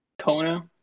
Kona